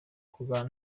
kurwana